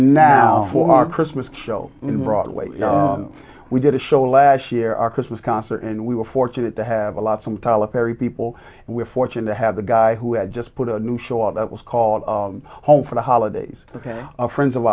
for our christmas show in broadway you know we did a show last year our christmas concert and we were fortunate to have a lot some tyler perry people and we're fortunate to have a guy who had just put a new show out that was called home for the holidays a friends of